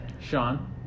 Sean